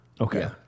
Okay